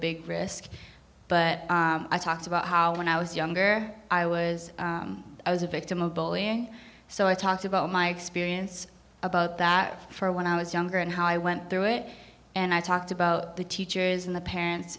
big risk but i talked about how when i was younger i was i was a victim of bullying so i talked about my experience about that for when i was younger and how i went through it and i talked about the teachers and the parents